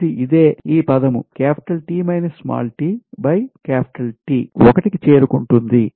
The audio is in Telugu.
ఇది ఇదే ఈ పదం 1 కి చేరుకుంటుంది